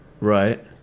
Right